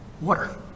water